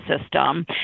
system